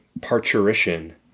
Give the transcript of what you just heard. parturition